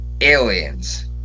Aliens